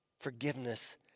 Forgiveness